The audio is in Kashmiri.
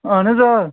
اَہَن حظ آ